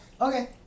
Okay